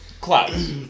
clouds